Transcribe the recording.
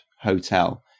hotel